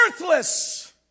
worthless